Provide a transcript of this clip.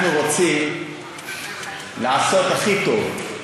אנחנו רוצים לעשות הכי טוב,